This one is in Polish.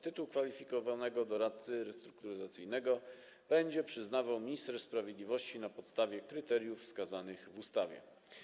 Tytuł kwalifikowanego doradcy restrukturyzacyjnego będzie przyznawał minister sprawiedliwości na podstawie kryteriów wskazanych w ustawie.